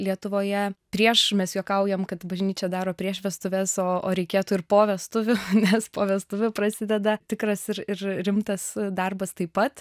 lietuvoje prieš mes juokaujam kad bažnyčia daro prieš vestuves o o reikėtų ir po vestuvių nes po vestuvių prasideda tikras ir ir rimtas darbas taip pat